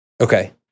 okay